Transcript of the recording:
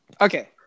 Okay